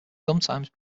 sometimes